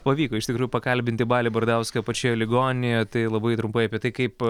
pavyko iš tikrųjų pakalbinti balį bardauską pačioje ligoninėje tai labai trumpai apie tai kaip